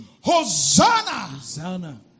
Hosanna